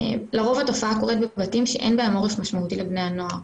לרוב התופעה קורית בבתים שאין בהם עורף משמעותי לבני הנוער,